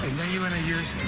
then you want to use